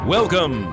Welcome